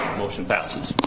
motion passes.